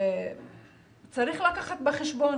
צריך לקחת בחשבון,